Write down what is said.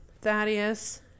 Thaddeus